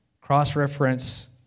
Cross-reference